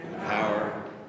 power